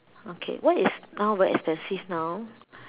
okay what is now very expensive now